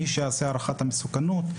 מי שיעשה הערכת מסוכנות,